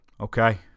Okay